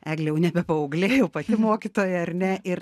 eglė jau nebe paauglė jau pati mokytoja ar ne ir